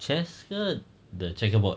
chess ke the checker board